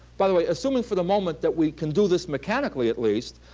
by the way, assuming for the moment that we can do this mechanically at least,